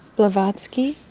blavatsky,